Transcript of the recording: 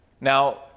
Now